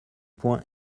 point